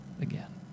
again